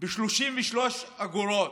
הוא יעלה ב-33 אגורות.